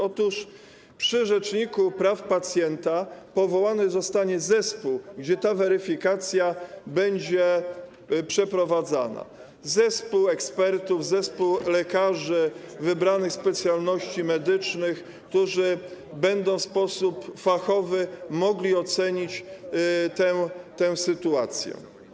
Otóż przy rzeczniku praw pacjenta powołany zostanie zespół, gdzie ta weryfikacja będzie przeprowadzana, zespół ekspertów, zespół lekarzy wybranych specjalności medycznych, którzy w sposób fachowy będą mogli ocenić tę sytuację.